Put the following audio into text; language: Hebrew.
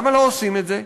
למה לא עושים את זה?